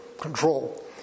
control